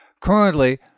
Currently